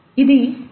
ఇది జే